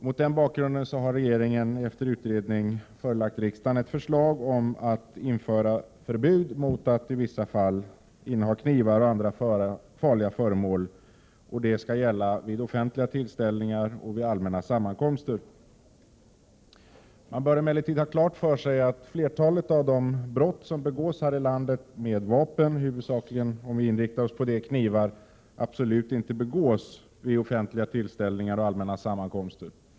Mot den bakgrunden har regeringen, efter utredning, förelagt riksdagen ett förslag om att införa förbud mot att i vissa fall inneha kniv och andra farliga föremål. Förbudet skall gälla vid offentliga tillställningar och allmänna Man bör emellertid ha klart för sig att flertalet av de våldsbrott som begås här i landet med t.ex. kniv absolut inte sker vid offentliga tillställningar och allmänna sammankomster.